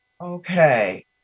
Okay